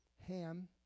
Ham